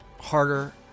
harder